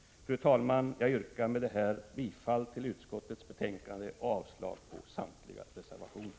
Herr talman! Jag yrkar med detta bifall till utskottets hemställan och avslag på samtliga reservationer.